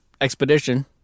expedition